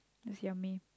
that's yummy